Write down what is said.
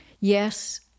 Yes